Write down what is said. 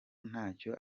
ntacyo